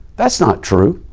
that's not true.